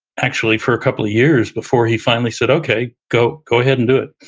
actually, for a couple of years before he finally said, okay. go go ahead and do it.